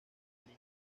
liga